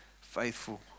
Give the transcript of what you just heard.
faithful